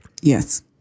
Yes